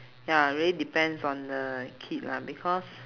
ya really depends on the kid lah because